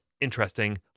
interesting